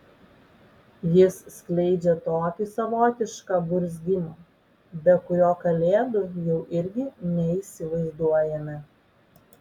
jis skleidžia tokį savotišką burzgimą be kurio kalėdų jau irgi neįsivaizduojame